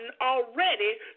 already